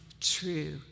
true